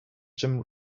jim